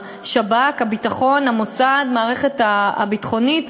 השב"כ, הביטחון, המוסד, המערכת הביטחונית,